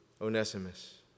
Onesimus